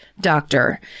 doctor